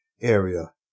area